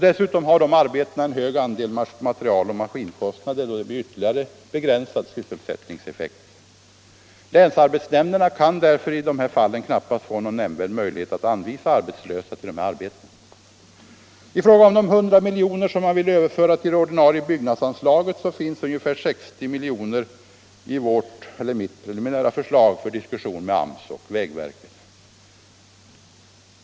Dessutom har de här arbetena en hög andel materialoch maskinkostnader, vilket ytterligare begränsar deras sysselsättningseffekt. Länsarbetsnämnderna kan därför i de här fallen knappast få någon nämnvärd möjlighet att anvisa arbetslösa till dessa arbeten. Av de 100 milj.kr. som skulle överföras till det ordinarie byggnadsanslaget återfinns ca 60 milj.kr. i mitt preliminära förslag — avsedda att diskuteras med AMS och vägverket.